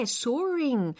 soaring